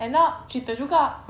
and now cerita juga